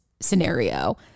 scenario